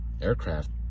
aircraft